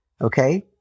Okay